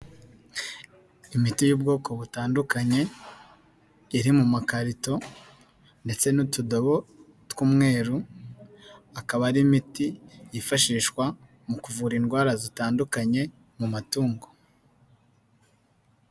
Imiti y'ubwoko butandukanye, iri mu makarito ndetse n'utudobo tw'umweru, akaba ari imiti yifashishwa mu kuvura indwara zitandukanye mu matungo.